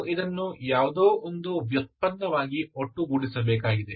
ನೀವು ಇದನ್ನು ಯಾವುದೋ ಒಂದು ವ್ಯುತ್ಪನ್ನವಾಗಿ ಒಟ್ಟುಗೂಡಿಸಬೇಕಾಗಿದೆ